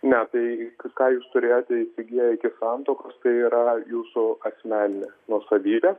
ne tai ką jūs turėjote įsigiję iki santuokos tai yra jūsų asmeninė nuosavybė